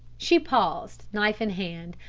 she paused, knife in hand,